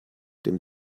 dem